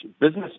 business